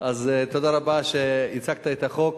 אז תודה רבה שהצגת את החוק.